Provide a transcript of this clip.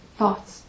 thoughts